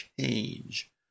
change